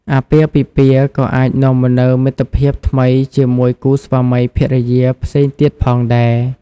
អាពាហ៍ពិពាហ៍ក៏អាចនាំមកនូវមិត្តភាពថ្មីជាមួយគូស្វាមីភរិយាផ្សេងទៀតផងដែរ។